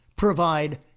Provide